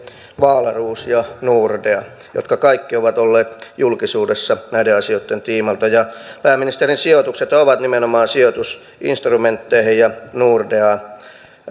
wahlroos ja nordea jotka kaikki ovat olleet julkisuudessa näiden asioitten tiimoilta pääministerin sijoitukset ovat nimenomaan sijoitusinstrumentteihin ja